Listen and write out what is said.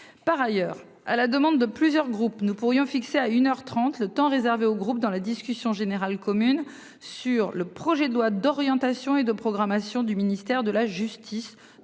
par ailleurs à la demande de plusieurs groupes nous pourrions fixer à 1h30 le temps réservé au groupe dans la discussion générale commune sur le projet de loi d'orientation et de programmation du ministère de la justice.